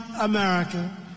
America